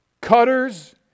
Cutters